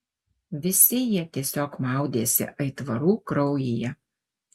visi jie tiesiog maudėsi aitvarų kraujyje